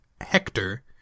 Hector